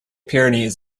pyrenees